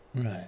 Right